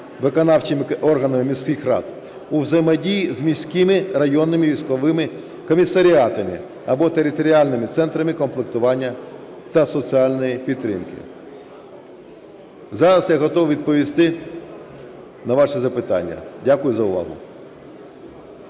виконавчими органами міських рад у взаємодії з міськими районними військовими комісаріатами або територіальними центрами комплектування та соціальної підтримки. Зараз я готов відповісти на ваші запитання. Дякую за увагу.